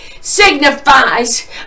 signifies